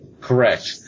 Correct